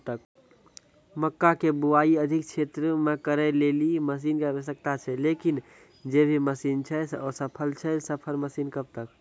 मक्का के बुआई अधिक क्षेत्र मे करे के लेली मसीन के आवश्यकता छैय लेकिन जे भी मसीन छैय असफल छैय सफल मसीन कब तक?